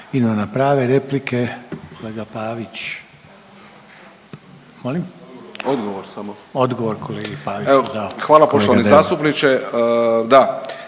hvala poštovani zastupniče.